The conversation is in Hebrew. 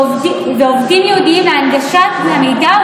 עובדים ייעודיים להנגשת המידע,